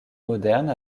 moderne